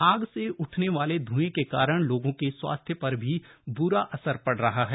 आग से उठने वाले ध्एं के कारण लोगों के स्वास्थ्य पर भी ब्रा असर पड़ रहा है